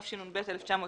התשנ״ב-1992,